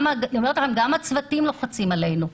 גם הצוותים לוחצים עלינו,